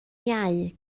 iau